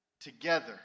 together